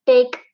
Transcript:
Take